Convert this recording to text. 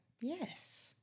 Yes